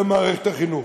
למערכת החינוך.